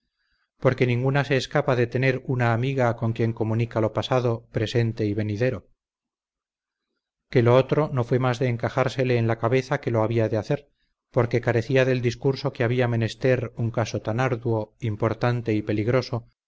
porque ninguna se escapa de tener una amiga con quien comunica lo pasado presente y venidero que lo otro no fue más de encajársele en la cabeza que lo había de hacer porque carecía del discurso que había menester un caso tan arduo importante y peligroso